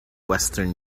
western